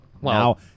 Wow